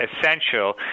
essential